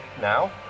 now